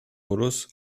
modus